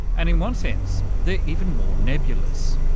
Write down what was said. and in one sense they're even more nebulous.